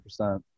100%